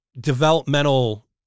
developmental